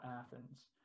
Athens